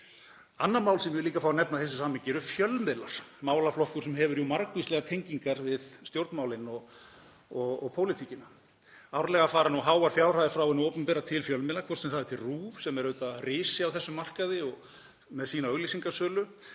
Annað mál sem ég vil líka fá að nefna í þessu samhengi eru fjölmiðlar; málaflokkur sem hefur jú margvíslegar tengingar við stjórnmálin og pólitíkina. Árlega fara háar fjárhæðir frá hinu opinbera til fjölmiðla, hvort sem það er til RÚV, sem er auðvitað risi á þessum markaði með sína auglýsingasölu,